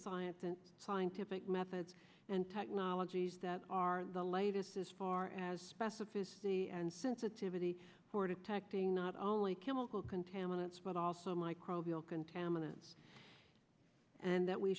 science and scientific methods and technologies that are the latest as far as specificity and sensitivity for detecting not only chemical contaminants but also microbial contaminants and that we